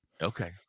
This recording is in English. Okay